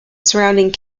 surrounding